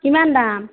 কিমান দাম